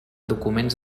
documents